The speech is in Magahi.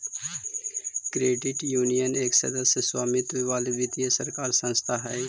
क्रेडिट यूनियन एक सदस्य स्वामित्व वाली वित्तीय सरकारी संस्था हइ